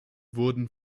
wurden